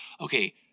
okay